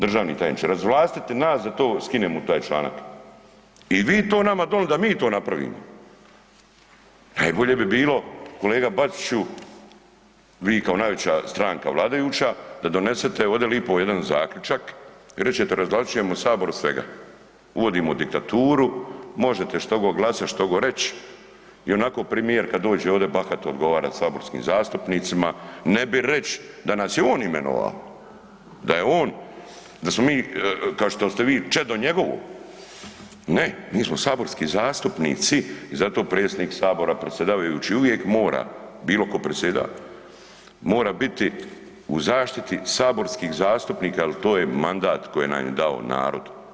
Državni tajniče, razvlastite nas da to skinemo taj članak i vi to nama donili da mi to napravimo, najbolje bi bilo, kolega Bačiću, vi kao najveća stranka vladajuća, da donesete ove lipo jedan zaključak i rečete, razvlastit ćemo Sabor od svega, uvodimo diktaturu, možete što god glasati, što god reći, ionako premijer kad dođe ovde bahato odgovara saborskim zastupnicima, ne bi reč da nas je on imenovao, da je on, da smo mi, kao što ste vi, čedo njegovo, ne, mi smo saborski zastupnici i zato predsjednik Sabora i predsjedavajući uvijek mora, bilo tko predsjeda, mora biti u zaštiti saborskih zastupnika jer to je mandat koji nam je dao narod.